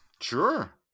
Sure